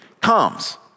comes